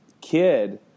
kid